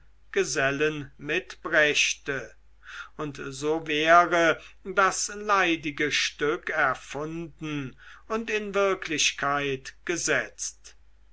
gesellen mitbrächte und so wäre das leidige stück erfunden und in wirklichkeit gesetzt